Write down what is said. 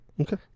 okay